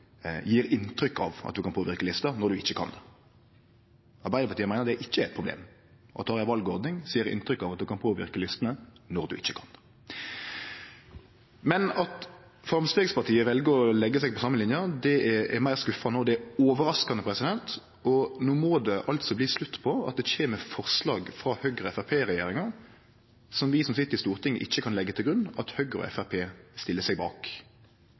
inntrykk av at ein kan påverke lista, når ein ikkje kan det. Arbeidarpartiet meiner at det ikkje er eit problem at vi har ei valordning som gjev inntrykk av at ein kan påverke listene, når ein ikkje kan det. Men at Framstegspartiet vel å leggje seg på den same linja, er meir skuffande – og det er overraskande. No må det altså bli slutt på at det kjem forslag frå Høgre–Framstegsparti-regjeringa som vi som sit på Stortinget, ikkje kan leggje til grunn at Høgre og Framstegspartiet stiller seg bak.